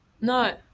No